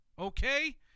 okay